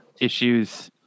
issues